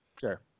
Sure